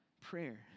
prayer